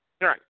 right